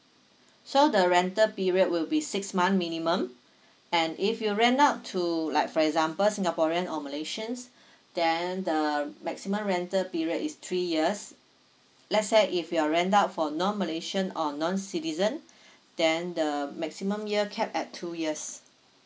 so the rental period will be six month minimum and if you rent out to like for example singaporean or malaysians then the maximum rental period is three years let's say if you're rent out for non malaysian or non citizen then the maximum year capped at two years